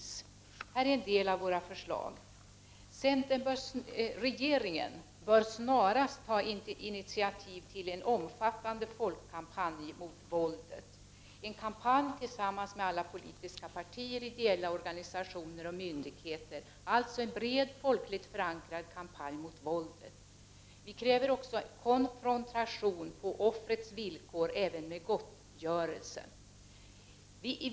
Här är en del av våra förslag: Regeringen bör snarast ta initiativ till en omfattande folkkampanj emot våldet, en kampanj tillsammans med alla politiska partier, ideella organisationer och myndigheter, alltså en bred, folkligt förankrad kampanj mot våldet. Vi kräver också en konfrontation på offrets villkor, även med gottgörelse.